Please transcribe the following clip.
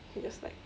he was like